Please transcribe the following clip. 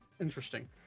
Interesting